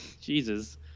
Jesus